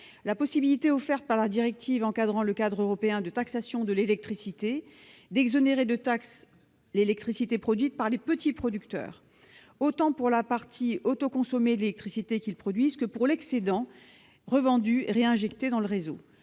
la possibilité, offerte par la directive encadrant le cadre européen de taxation de l'électricité, d'exonérer de taxe l'électricité produite par les petits producteurs, autant pour la partie autoconsommée de l'électricité qu'ils produisent que pour l'excédent revendu et réinjecté dans le réseau.